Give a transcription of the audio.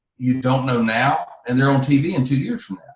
you don't know now and they are on tv in two years